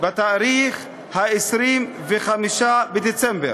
ב-25 בדצמבר.